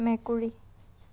মেকুৰী